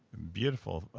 beautiful.